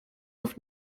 auf